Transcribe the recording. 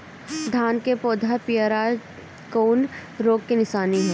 धान के पौधा पियराईल कौन रोग के निशानि ह?